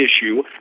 issue